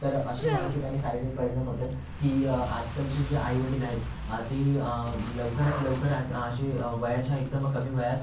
तर असे मानसिक आणि शारीरिक परिणाम होतात की आजकालचे जे आई वडील आहेत ते लवकरात लवकर अ असे वयाच्या एकदम कमी वयात